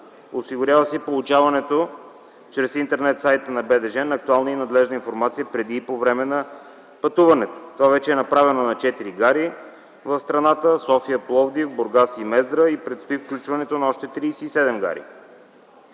Осигурява се и получаването чрез интернет сайта на БДЖ на актуална и надлежна информация преди и по време на пътуването. Това вече е направено на четири гари в страната – София, Пловдив, Бургас и Мездра. Престои включването на още 37 гари.